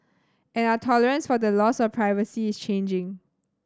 and our tolerance for the loss of privacy is changing